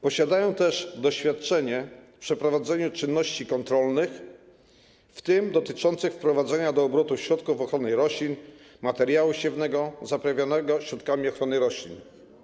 Posiadają też doświadczenie w przeprowadzaniu czynności kontrolnych, w tym dotyczących wprowadzenia do obrotu środków ochrony roślin, materiału siewnego zaprawionego środkami ochrony roślin.